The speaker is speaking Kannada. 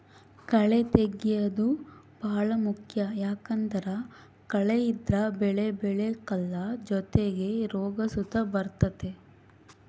ಕಳೇ ತೆಗ್ಯೇದು ಬಾಳ ಮುಖ್ಯ ಯಾಕಂದ್ದರ ಕಳೆ ಇದ್ರ ಬೆಳೆ ಬೆಳೆಕಲ್ಲ ಜೊತಿಗೆ ರೋಗ ಸುತ ಬರ್ತತೆ